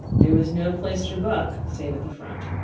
there was no place for buck save at the front.